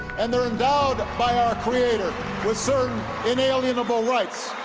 and they're endowed by our creator with certain inalienable rights.